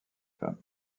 femmes